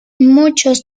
muchos